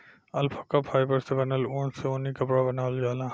alpaca fibre से बनल ऊन से ऊनी कपड़ा बनावल जाला